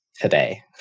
today